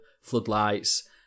floodlights